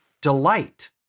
delight